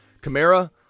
Camara